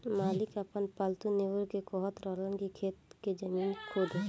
मालिक आपन पालतु नेओर के कहत रहन की खेत के जमीन खोदो